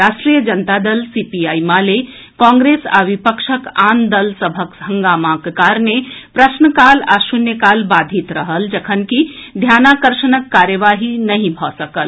राष्ट्रीय जनता दल सीपीआई माले कांग्रेस आ विपक्षक आन दल सभक हंगामाक कारणे प्रश्नकाल आ शून्यकाल बाधित रहल जखनकि ध्यानाकर्षणक कार्यवाही नहि भऽ सकल